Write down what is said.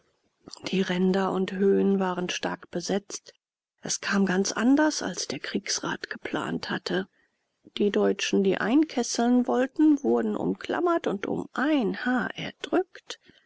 die ränder und höhen waren stark besetzt es kam ganz anders als der kriegsrat geplant hatte die deutschen die einkesseln wollten wurden umklammert und um ein haar erdrückt